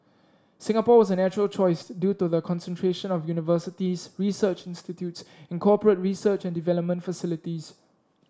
Singapore was a natural choice due to the concentration of universities research institutes and corporate research and development facilities